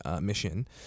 mission